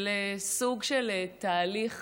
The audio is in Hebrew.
של סוג של תהליך